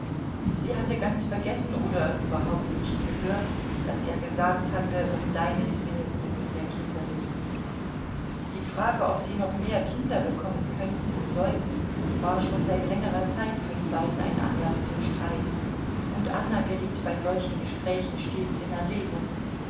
sie hatte ganz vergessen oder überhaupt nicht gehört daß er gesagt hatte um deinetwillen und um der kinder willen die frage ob sie noch mehr kinder bekommen könnten und sollten war schon seit längerer zeit für die beiden ein anlaß zu streit und anna geriet bei solchen gesprächen stets in erregung